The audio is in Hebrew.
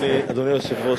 אדוני היושב-ראש,